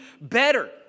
better